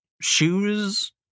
shoes